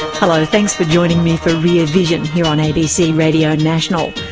hello, thanks for joining me for rear vision, here on abc radio national.